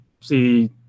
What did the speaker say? see